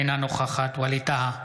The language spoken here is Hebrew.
אינה נוכחת ווליד טאהא,